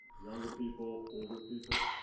younger people, older people.